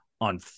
on